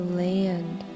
land